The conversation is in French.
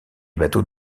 bateaux